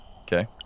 Okay